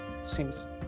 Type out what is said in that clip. seems